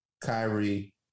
Kyrie